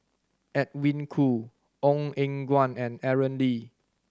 Edwin Koo Ong Eng Guan and Aaron Lee